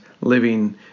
living